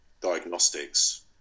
diagnostics